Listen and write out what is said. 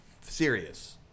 serious